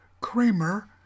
Kramer